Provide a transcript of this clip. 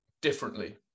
differently